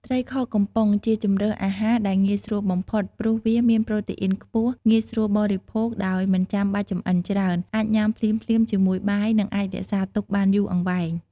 ត្រីខកំប៉ុង ជាជម្រើសអាហារដែលងាយស្រួលបំផុតព្រោះវា មានប្រូតេអ៊ីនខ្ពស់ ងាយស្រួលបរិភោគដោយមិនចាំបាច់ចម្អិនច្រើន អាចញ៉ាំភ្លាមៗជាមួយបាយនឹងអាចរក្សាទុកបានយូរអង្វែង។